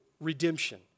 redemption